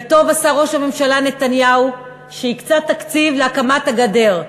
וטוב עשה ראש הממשלה נתניהו שהקצה תקציב להקמת הגדר.